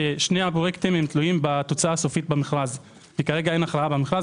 שני הפרויקטים תלויים בתוצאה הסופית במכרז וכרגע אין הכרעה במכרז,